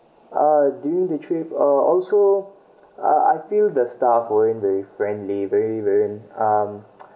uh during the trip uh also I I feel the staff weren't very friendly very weren't um